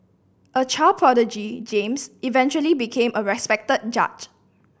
a child prodigy James eventually became a respected judge